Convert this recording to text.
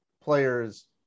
players